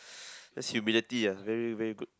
that's humility ah very very good